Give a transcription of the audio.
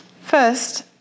First